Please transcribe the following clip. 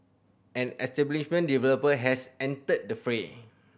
and establishment developer has entered the fray